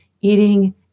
eating